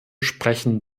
sprechen